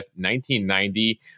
1990